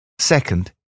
Second